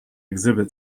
exhibition